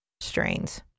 strains